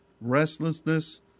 restlessness